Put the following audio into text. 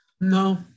No